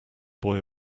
boy